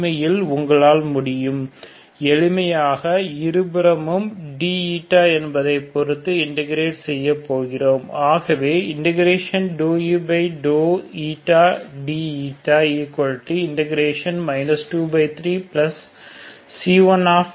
உண்மையில் உங்களால் முடியும் எளிமையாக இரு புறமும் d என்பதை பொறுத்து இன்டகிரேட் செய்யப்போகிறோம் ஆகவே ∂ud 23C1